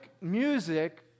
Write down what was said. music